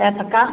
ഏത്തക്ക